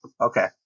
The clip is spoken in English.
Okay